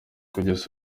kugeza